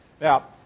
Now